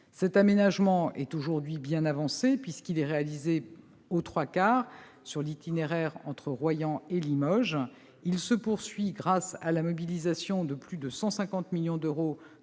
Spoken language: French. Cet aménagement est aujourd'hui bien avancé, puisqu'il est réalisé aux trois quarts sur l'itinéraire entre Royan et Limoges. Il se poursuit grâce à la mobilisation de plus de 150 millions d'euros